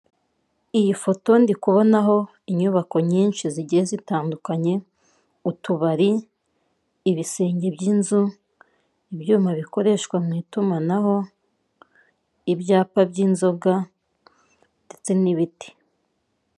Iyi foto ndi kubonaho inyubako nyinshi zigiye zitandukanye utubari, ibisenge by'inzu , ibyuma bikoreshwa mu itumanaho, ibyaoa ny'inzoga ndetse n'ibiti.,